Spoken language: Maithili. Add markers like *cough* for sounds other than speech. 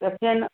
*unintelligible*